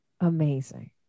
Amazing